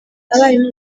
abarimu